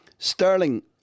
Sterling